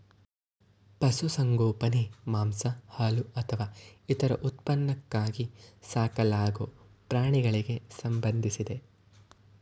ಪಶುಸಂಗೋಪನೆ ಮಾಂಸ ಹಾಲು ಅಥವಾ ಇತರ ಉತ್ಪನ್ನಕ್ಕಾಗಿ ಸಾಕಲಾಗೊ ಪ್ರಾಣಿಗಳಿಗೆ ಸಂಬಂಧಿಸಿದೆ